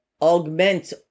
augment